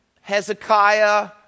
Hezekiah